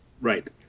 right